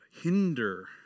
hinder